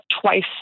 twice